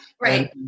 Right